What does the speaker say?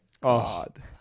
God